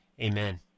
amen